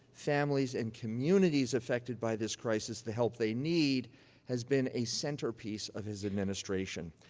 families, and communities affected by this crisis the help they need has been a centerpiece of his administration.